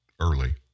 early